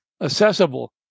accessible